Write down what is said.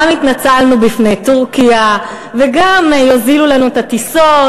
גם התנצלנו בפני טורקיה וגם יוזילו לנו את הטיסות.